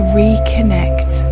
reconnect